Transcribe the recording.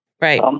Right